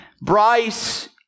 Bryce